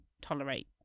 tolerate